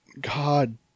God